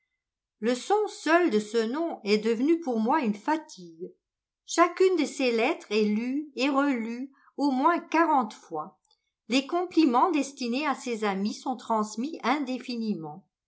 le son seul de ce nom est devenu pour moi une fatigue chacune de ses lettres est lue et relue au moins quarante fois les compliments destinés à ses amis sont transmis indéfiniment